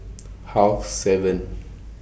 Half seven